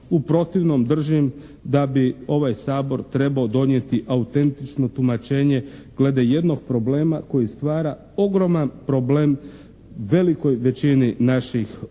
U protivnom držim da bi ovaj Sabor trebao donijeti autentično tumačenje glede jednog problema koji stvara ogroman problem velikoj većini naših obrtnika